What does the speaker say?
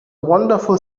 wonderful